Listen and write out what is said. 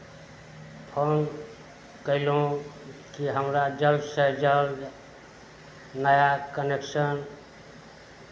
phone कयलहुँ कि हमरा जल्दसँ जल्द नया कनेक्शन